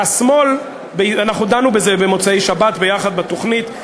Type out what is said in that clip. אנחנו דנו בזה ביחד במוצאי-שבת בתוכנית,